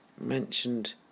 mentioned